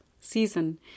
season